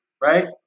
right